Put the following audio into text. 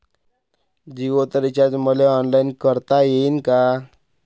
जीओच रिचार्ज मले ऑनलाईन करता येईन का?